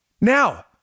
Now